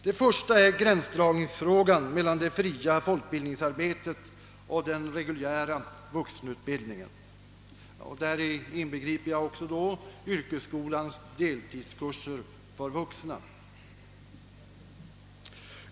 Det första är gränsdragningsfrågan mellan det fria folkbildningsarbetet och den reguljära vuxenutbildningen. Däri inbegriper jag också yrkesskolans deltidskurser för vuxna.